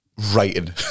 writing